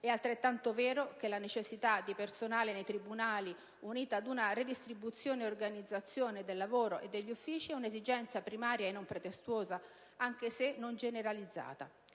è altrettanto vero che la necessità di personale nei tribunali, unita ad una redistribuzione e organizzazione del lavoro e degli uffici, è una esigenza primaria e non pretestuosa anche se non generalizzata.